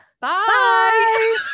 Bye